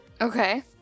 Okay